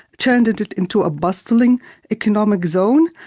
turned it it into a bustling economic zone.